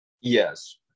Yes